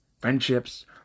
friendships